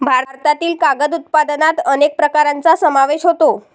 भारतातील कागद उत्पादनात अनेक प्रकारांचा समावेश होतो